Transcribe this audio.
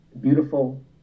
beautiful